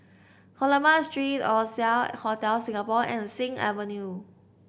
Coleman Street Oasia Hotel Singapore and Sing Avenue